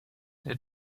der